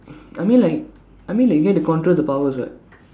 I mean like I mean like you get to control the powers what